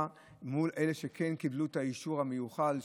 מול אלה שכן קיבלו את האישור המיוחל,